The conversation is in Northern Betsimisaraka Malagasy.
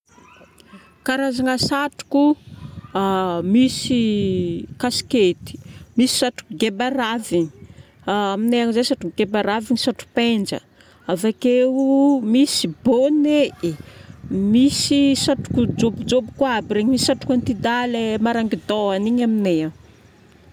Karazagna satroko misy kaskety, misy satroko gebarafy. Aminay agny zay satroko gebarafy ny satropenja. Avakeo, misy bonety, misy satroko jokojoko aby, misy satrok'antidahy lay maranki-dohany igny aminay agny.